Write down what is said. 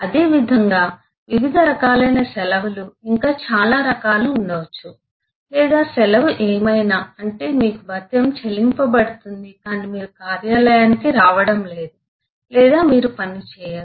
అదేవిధంగా వివిధ రకాలైన సెలవులు ఇంకా చాలా రకాలు ఉండవచ్చు లేదా సెలవు ఏమైనా అంటే మీకు భత్యము చెల్లింపబడుతుంది కాని మీరు కార్యాలయానికి రావడం లేదు లేదా మీరు పని చేయరు